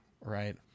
Right